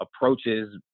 approaches